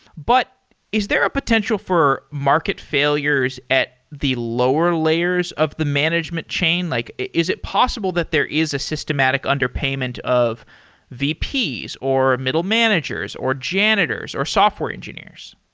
but is there a potential for market failures at the lower layers of the management chain? like is it possible that there is a systematic underpayment of vps, or middle managers, or janitors, or software engineers?